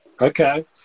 Okay